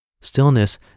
Stillness